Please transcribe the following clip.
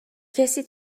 کسی